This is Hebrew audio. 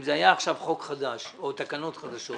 אם זה היה עכשיו חוק חדש או תקנות חדשות